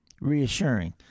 reassuring